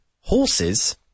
horses